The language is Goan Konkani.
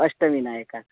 अश्टविनायकाक